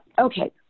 okay